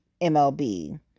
MLB